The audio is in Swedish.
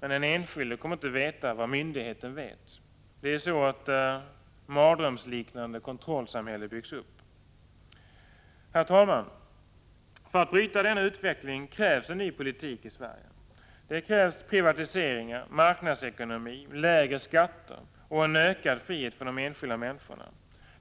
Men den enskilde kommer inte att veta vad myndigheten vet. Det är så ett mardrömsliknande kontrollsamhälle byggs upp. Herr talman! För att bryta denna utveckling krävs en ny politik i Sverige. Den kräver privatiseringar, marknadsekonomi, lägre skatter och en ökad frihet för de enskilda människorna.